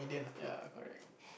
ya correct